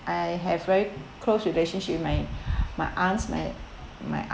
I have very close relationship with my my aunts my